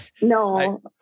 No